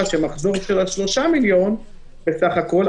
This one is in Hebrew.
שהמחזור שלה הוא 3 מיליון בסך הכול,